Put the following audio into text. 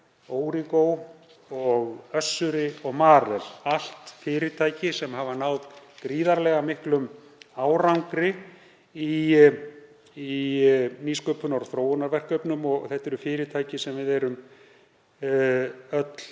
Origo og Össuri og Marel — allt eru það fyrirtæki sem hafa náð gríðarlega miklum árangri í nýsköpunar- og þróunarverkefnum og þetta eru fyrirtæki sem við erum öll